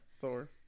Thor